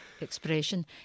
expression